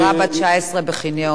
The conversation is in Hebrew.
נערה בת 19 בחניון.